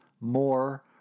more